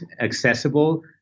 accessible